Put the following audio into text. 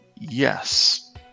Yes